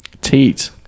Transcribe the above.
teat